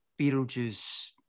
Beetlejuice